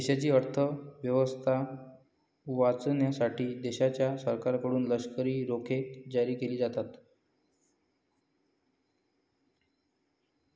देशाची अर्थ व्यवस्था वाचवण्यासाठी देशाच्या सरकारकडून लष्करी रोखे जारी केले जातात